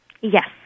Yes